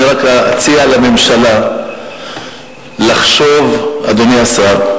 אני רק אציע לממשלה לחשוב, אדוני השר,